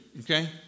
okay